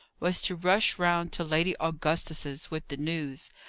was to rush round to lady augusta's with the news,